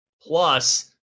Plus